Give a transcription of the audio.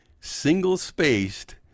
single-spaced